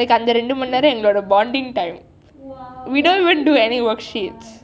like அந்த இரண்டு மணி நேரம் எங்களுடைய:antha irandu mani neram enkaludaiya bonding time we don't even do any worksheets